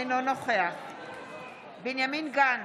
אינו נוכח בנימין גנץ,